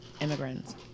immigrants